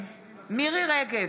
מירי מרים רגב,